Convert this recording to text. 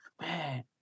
man